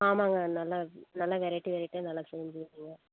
ஆமாங்க நல்லாயிருக்கு நல்லா வெரைட்டி வெரைட்டியாக நல்லா செஞ்சு வைச்சிருங்க